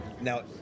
Now